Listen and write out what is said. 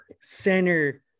center